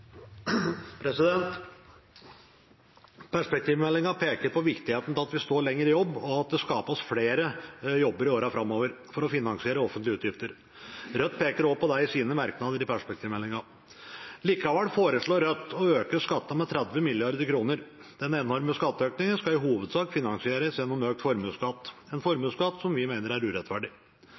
peker på viktigheten av at vi står lenger i jobb, og at det skapes flere jobber i årene framover for å finansiere offentlige utgifter. Rødt peker også på det i sine merknader i innstillingen. Likevel foreslår Rødt å øke skattene med 30 mrd. kr. Den enorme skatteøkningen skal i hovedsak finansieres gjennom økt formuesskatt, en formuesskatt som vi mener er urettferdig.